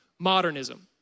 Modernism